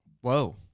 Whoa